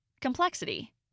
Complexity